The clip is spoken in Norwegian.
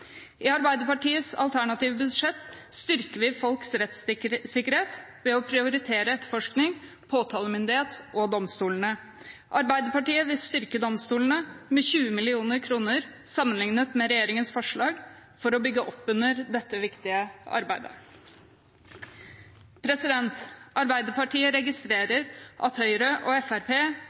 I Arbeiderpartiets alternative budsjett styrker vi folks rettssikkerhet ved å prioritere etterforskning, påtalemyndighet og domstolene. Arbeiderpartiet vil styrke domstolene med 20 mill. kr, sammenliknet med regjeringens forslag, for å bygge opp under dette viktige arbeidet. Arbeiderpartiet registrerer at Høyre og